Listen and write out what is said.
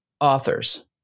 authors